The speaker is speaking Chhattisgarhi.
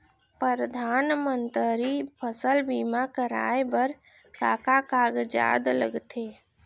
परधानमंतरी फसल बीमा कराये बर का का कागजात लगथे?